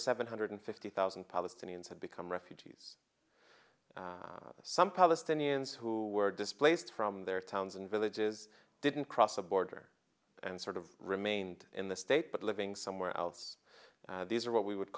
seven hundred fifty thousand palestinians have become refugees some palestinians who were displaced from their towns and villages didn't cross the border and sort of remained in the state but living somewhere else these are what we would